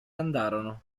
andarono